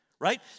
right